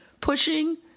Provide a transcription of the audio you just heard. pushing